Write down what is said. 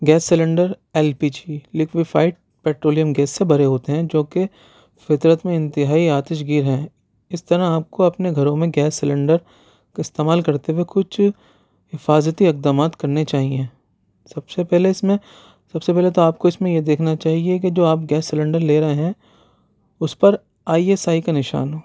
gas cylinder L P G liquefied petroleum gas سے بھرے ہوتے ہیں جو کہ فطرت میں انتہائی آتش گیر ہیں اِس طرح آپ کو اپنے گھروں میں گیس سیلنڈر کو استعمال کرتے ہوئے کچھ حفاظتی اقدامات کرنے چاہیئیں سب سے پہلے اِس میں سب سے پہلے تو آپ کو اِس میں یہ دیکھنا چاہیے کہ جو آپ گیس سیلنڈر لے رہے ہیں اُس پر آئی ایس آئی کا نِشان ہو